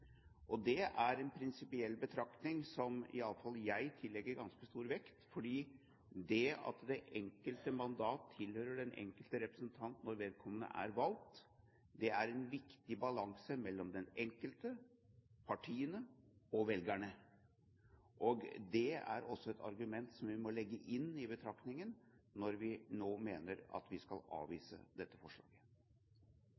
Det er en prinsipiell betraktning som i alle fall jeg tillegger ganske stort vekt, fordi det at det enkelte mandat tilhører den enkelte representant når vedkommende er valgt, er en viktig balanse mellom den enkelte, partiene og velgerne. Og det er også et argument vi må legge inn i betraktningen når vi nå mener at vi skal